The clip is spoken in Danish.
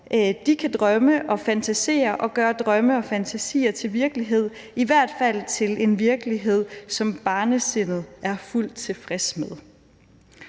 De kan drømme og fantasere og gøre drømme og fantasier til virkelighed, i hvert fald til en virkelighed som barnesindet er fuldt tilfreds ved.